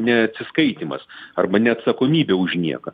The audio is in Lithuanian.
neatsiskaitymas arba neatsakomybė už nieką